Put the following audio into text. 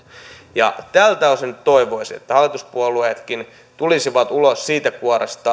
ja tältä osin toivoisi että hallituspuolueetkin tulisivat ulos siitä kuoresta